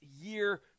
year